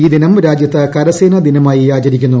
ഈ ദിനം രാജ്യത്ത് കരസേനാ ദിനമായി ആചരിക്കുന്നു